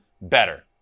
better